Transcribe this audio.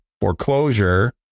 Foreclosure